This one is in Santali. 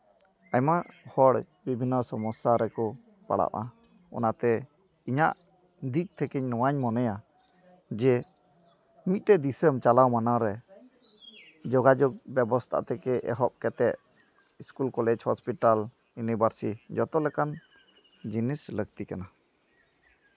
ᱟᱭᱢᱟ ᱦᱚᱲ ᱵᱤᱵᱷᱤᱱᱱᱚ ᱥᱚᱢᱚᱥᱥᱟ ᱨᱮᱠᱚ ᱯᱟᱲᱟᱣᱚᱜᱼᱟ ᱚᱱᱟᱛᱮ ᱤᱧᱟᱹᱜ ᱫᱤᱠ ᱛᱷᱮᱠᱮ ᱱᱚᱣᱟᱧ ᱢᱚᱱᱮᱭᱟ ᱡᱮ ᱢᱤᱫᱴᱮᱡ ᱫᱤᱥᱚᱢ ᱪᱟᱞᱟᱣ ᱢᱟᱱᱟ ᱨᱮ ᱡᱳᱜᱟᱡᱳᱜᱽ ᱵᱮᱵᱚᱥᱛᱟ ᱛᱷᱮᱠᱮ ᱮᱦᱚᱵ ᱠᱟᱛᱮ ᱥᱠᱩᱞ ᱠᱚᱞᱮᱡᱽ ᱦᱚᱥᱯᱤᱴᱟᱞ ᱤᱭᱩᱱᱤᱵᱷᱟᱨᱥᱤ ᱡᱚᱛᱚ ᱞᱮᱠᱟᱱ ᱡᱤᱱᱤᱥ ᱞᱟᱹᱠᱛᱤ ᱠᱟᱱᱟ